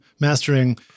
mastering